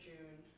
June